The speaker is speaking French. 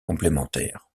complémentaires